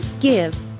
Give